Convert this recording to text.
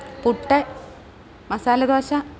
puttu masala dosa